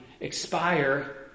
expire